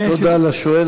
תודה לשואל.